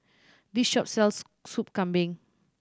this shop sells Soup Kambing